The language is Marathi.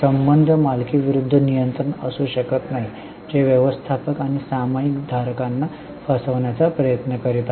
संबंध मालकी विरूद्ध नियंत्रण असू शकत नाही जे व्यवस्थापक सामायिक धारकांना फसवण्याचा प्रयत्न करीत आहेत